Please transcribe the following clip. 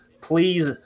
please